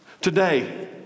Today